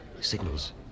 signals